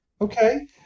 Okay